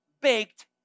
baked